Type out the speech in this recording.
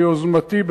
ביוזמתי,